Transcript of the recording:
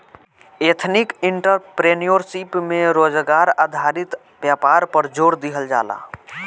ethnic entrepreneurship में स्वरोजगार आधारित व्यापार पर जोड़ दीहल जाला